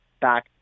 back